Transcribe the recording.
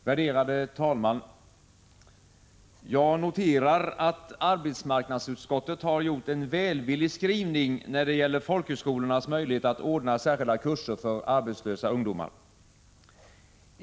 Herr talman! Jag noterar att arbetsmarknadsutskottet har gjort en välvillig skrivning när det gäller folkhögskolornas möjlighet att ordna särskilda kurser för arbetslös ungdom.